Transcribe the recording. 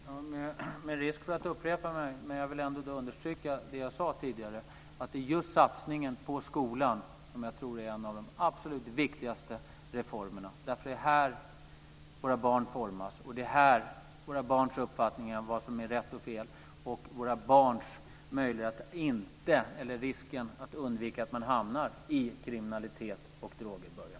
Fru talman! Med risk för att upprepa mig vill jag ändå understryka det jag sade tidigare. Det är satsningen på skolan som jag tror är en av de absolut viktigaste reformerna. Det är i skolan våra barn formas, det är där våra barns uppfattningar om vad som är rätt och fel formas. Det är där våra barns möjlighet att undvika att man hamnar i kriminalitet och droger börjar.